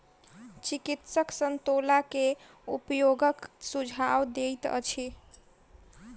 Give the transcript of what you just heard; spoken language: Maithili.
चिकित्सक संतोला के उपयोगक सुझाव दैत अछि